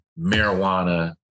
marijuana